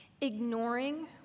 Ignoring